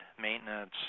maintenance